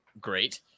Great